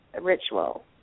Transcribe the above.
ritual